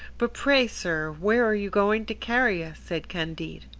but pray, sir, where are you going to carry us? said candide.